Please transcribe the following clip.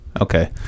Okay